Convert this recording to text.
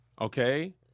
okay